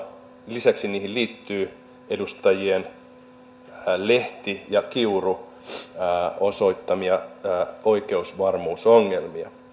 lisäksi niihin liittyy edustajien lehti ja kiuru osoittamia oikeusvarmuusongelmia